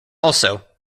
also